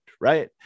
right